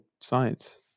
science